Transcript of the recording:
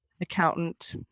accountant